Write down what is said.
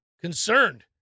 concerned